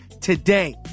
today